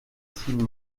ziehen